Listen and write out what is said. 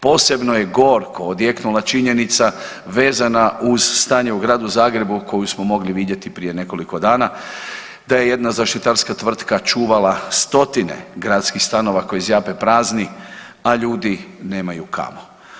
Posebno je gorko odjeknula činjenica vezana uz stanje u gradu Zagrebu koju smo mogli vidjeti prije nekoliko dana, da je jedna zaštitarska tvrtka čuvala stotine gradskih stanova koji zjape prazni, a ljudi nemaju kamo.